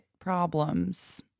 problems